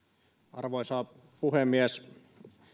arvoisa puhemies